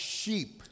sheep